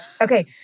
Okay